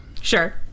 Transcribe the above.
Sure